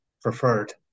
preferred